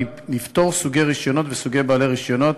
לפטור סוגי רישיונות וסוגי בעלי רישיונות